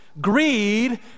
greed